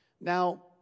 now